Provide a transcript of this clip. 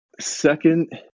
Second